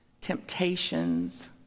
temptations